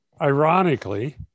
ironically